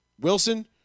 Wilson